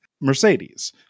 Mercedes